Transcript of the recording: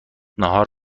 ناهار